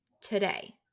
today